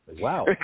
Wow